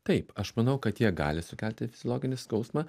taip aš manau kad jie gali sukelti fiziologinį skausmą